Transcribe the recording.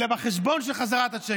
מהחשבון של חזרת הצ'קים.